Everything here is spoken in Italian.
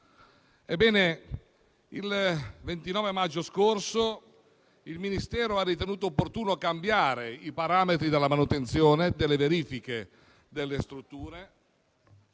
Ebbene, il 29 maggio scorso il Ministero ha ritenuto opportuno cambiare i parametri della manutenzione e delle verifiche alle strutture